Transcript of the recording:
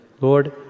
Lord